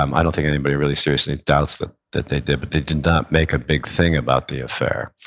um i don't think anybody really seriously doubts that that they did, but they did not make a big thing about the affair.